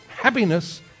Happiness